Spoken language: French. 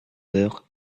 heures